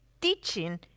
teaching